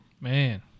man